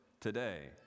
today